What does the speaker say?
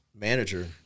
manager